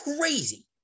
crazy